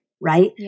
right